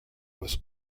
was